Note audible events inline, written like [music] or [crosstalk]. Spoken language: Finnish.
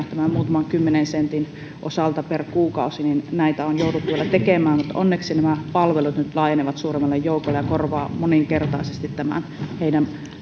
[unintelligible] tämän muutaman kymmenen sentin osalta per kuukausi on jouduttu vielä tekemään mutta onneksi nämä palvelut nyt laajenevat suuremmalle joukolle mikä korvaa moninkertaisesti tämän heille kun